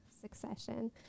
succession